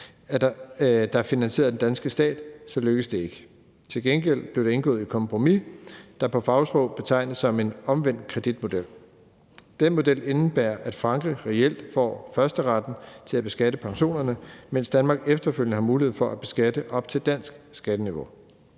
der er finansieret af den danske stat, lykkedes det ikke. Til gengæld blev der indgået et kompromis, der på fagsprog betegnes som en omvendt kreditmodel. Den model indebærer, at Frankrig reelt får førsteretten til at beskatte pensionerne, mens Danmark efterfølgende har mulighed for at beskatte op til dansk skatteniveau.